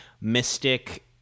mystic